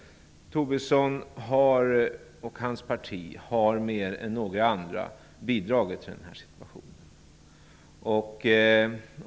Tobisson och hans parti har mer än några andra bidragit till den här situationen.